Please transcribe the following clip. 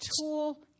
tool